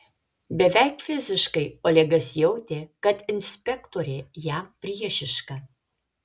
beveik fiziškai olegas jautė kad inspektorė jam priešiška